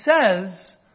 says